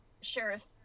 Sheriff